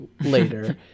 later